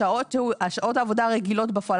שעות העבודה הרגילות בפועל.